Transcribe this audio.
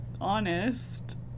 honest